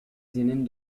tienen